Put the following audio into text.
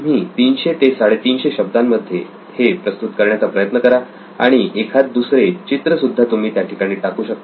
तुम्ही 300 ते 350 शब्दांमध्ये हे राईट अप प्रस्तुत करण्याचा प्रयत्न करा आणि एखाद दुसरे चित्र सुद्धा तुम्ही त्याठिकाणी टाकू शकता